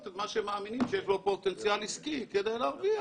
במה שהם מאמינים שיש בו פוטנציאל עסקי כדי להרוויח.